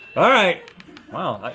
alright well,